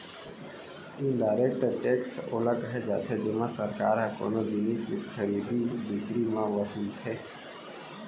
indirect tax ओला केहे जाथे जेमा सरकार ह कोनो जिनिस के खरीदी बिकरी म वसूलथे